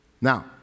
Now